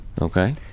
Okay